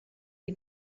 sie